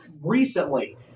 recently